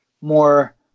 more